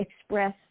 express